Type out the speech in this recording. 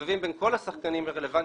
מסתובבים בין כל השחקנים הרלוונטיים